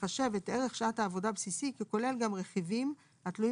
לחשב את ערך שעת העבודה הבסיסי ככולל גם רכיבים התלויים